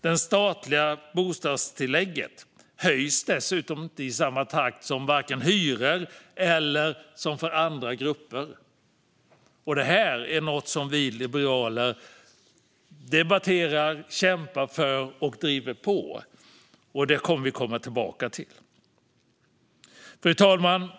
Det statliga bostadstillägget höjs dessutom inte i samma takt som hyrorna. Detta är något som vi liberaler debatterar, kämpar för och driver på. Vi kommer tillbaka till frågan. Fru talman!